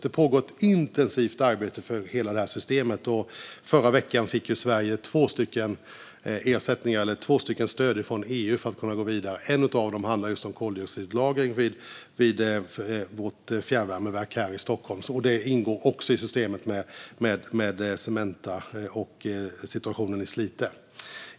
Det pågår ett intensivt arbete för hela systemet. Förra veckan fick Sverige två stöd från EU för att kunna gå vidare. En av dem handlar om koldioxidlagring vid vårt fjärrvärmeverk i Stockholm. Det ingår också i systemet med Cementa och situationen i Slite.